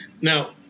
Now